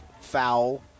foul